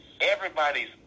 Everybody's